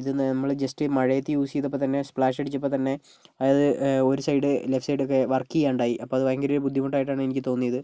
ഇത് നമ്മൾ ജസ്റ്റ് മഴയത് യൂസ് ചെയ്തപ്പോൾ തന്നെ ഫ്ലാഷ് അടിച്ചപ്പോൾ തന്നെ അതായത് ഒരു സൈഡ് ലെഫ്റ്റ് സൈഡ് ഒക്കെ വർക്ക് ചെയ്യാണ്ടായി അപ്പോൾ അതൊരു ഭയങ്കര ബുദ്ധിമുട്ടായിട്ടാണ് എനിക്ക് തോന്നിയത്